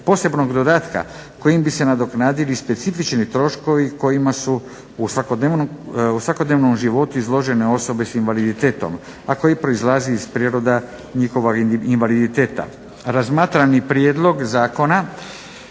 posebnog dodatka kojim bi se nadoknadili specifični troškovi kojima su u svakodnevnom životu izložene osobe s invaliditetom, a koji proizlazi iz prirode njihova invaliditeta. Razmatrani prijedlog zakona